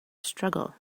struggle